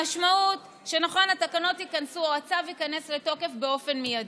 המשמעות היא שהתקנות או הצו ייכנסו לתוקף באופן מיידי,